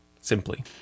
Simply